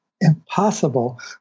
impossible